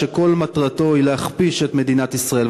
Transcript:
שכל מטרתו להכפיש את מדינת ישראל.